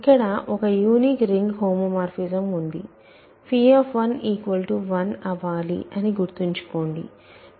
ఇక్కడ ఒక unique ring homomorphism ఉంది 1 అవాలి అని గుర్తుంచుకోండి